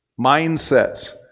mindsets